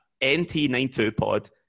NT92pod